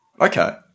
Okay